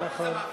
נכון.